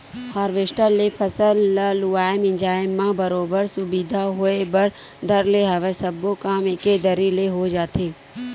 harvester ले फसल ल लुवाए मिंजाय म बरोबर सुबिधा होय बर धर ले हवय सब्बो काम एके दरी ले हो जाथे